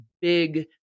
big